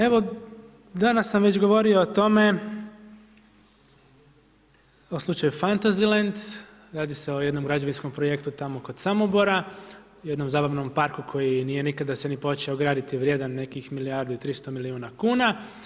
Evo, danas, sam već govorio o tome, o slučaju Fantazilend, radi se o jednom građevinskom projektu tamo kod Samobora, jednom zabavnom parku, koji nikada se nije počeo graditi, vrijedan nekih milijardu i 300 milijuna kuna.